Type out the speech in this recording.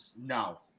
No